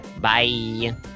Bye